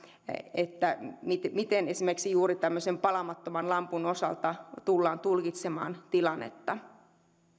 miten miten esimerkiksi juuri tämmöisen palamattoman lampun osalta tullaan tulkitsemaan tilannetta